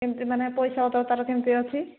କେମିତି ମାନେ ପଇସା କେମିତି ଅଛି